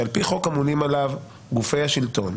שעל פי חוק אמונים עליו גופי השלטון,